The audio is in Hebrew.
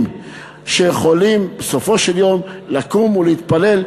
שיכולים בסופו של יום לקום ולהתפלל,